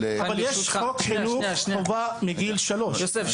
של --- יש חוק חינוך חובה מגיל שלוש,